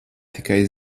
tikai